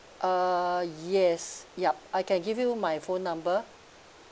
uh yes yup I can give you my phone number